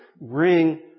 bring